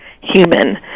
human